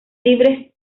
libre